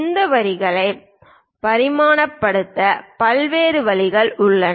இந்த வரிகளை பரிமாணப்படுத்த பல்வேறு வழிகள் உள்ளன